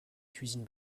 cuisine